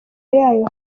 yayo